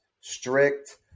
strict